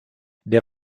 der